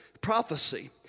prophecy